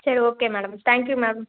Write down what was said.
சரி okay madam thank you ma'am